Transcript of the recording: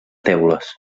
teules